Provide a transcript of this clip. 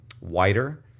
wider